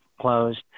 closed